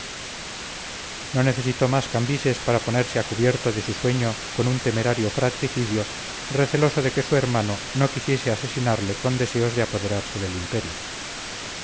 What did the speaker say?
no necesitó más cambises para ponerse a cubierto de su sueño con un temerario fratricidio receloso de que su hermano no quisiese asesinarle con deseos de apoderarse del imperio